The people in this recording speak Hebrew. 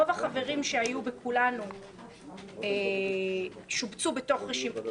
רוב החברים שהיו בכולנו שובצו בתוך רשימת הליכוד,